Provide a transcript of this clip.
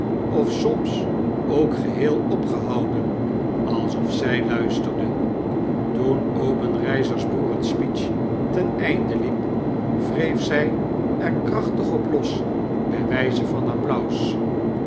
of somsook geheel opgehouden alsof zy luisterde toen obenreizer's boerenspeech ten einde liep wreef zij er krachtig op los by wyze van applaus